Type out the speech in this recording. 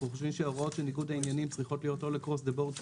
אנו חושבים שהוראות ניגוד העניינים צריכות להיות לכל